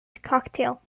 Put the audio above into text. cocktail